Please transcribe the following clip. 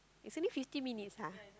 it's only fifty minutes ah